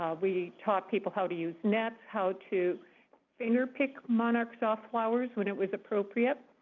ah we taught people how to use nets, how to finger pick monarchs off flowers when it was appropriate,